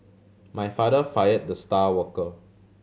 my father fired the star worker